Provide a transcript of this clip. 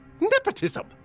Nepotism